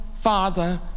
father